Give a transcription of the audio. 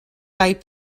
kaj